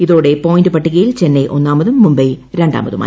ഇതോടെ പോയിന്റ് പട്ടികയിൽ ചെന്നൈ ഒന്നാമതും മുംബൈ രണ്ടാമതുമായി